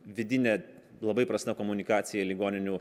vidinė labai prasta komunikacija ligoninių